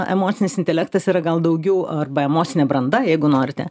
emocinis intelektas yra gal daugiau arba emocinė branda jeigu norite